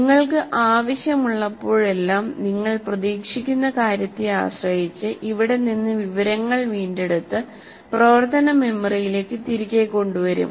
നിങ്ങൾക്ക് ആവശ്യമുള്ളപ്പോഴെല്ലാം നിങ്ങൾ പ്രതീക്ഷിക്കുന്ന കാര്യത്തെ ആശ്രയിച്ച് ഇവിടെ നിന്ന് വിവരങ്ങൾ വീണ്ടെടുത്ത് പ്രവർത്തന മെമ്മറിയിലേക്ക് തിരികെ കൊണ്ടുവരും